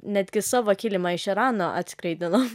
netgi savo kilimą iš irano atskraidinom